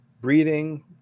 breathing